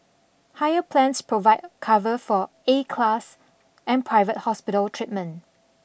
higher plans provide cover for A class and private hospital treatment